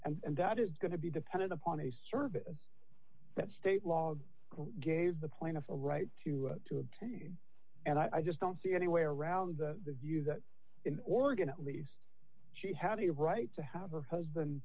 question and that is going to be dependent upon a service that state law gave the plaintiff a right to to obtain and i just don't see any way around the use that in oregon at least she had the right to have her husband